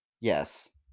Yes